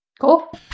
Cool